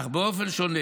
אך באופן שונה,